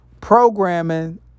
Programming